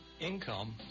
income